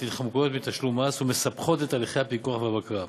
להתחמקות מתשלום מס ומסבכות את הליכי הפיקוח והבקרה.